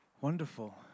Wonderful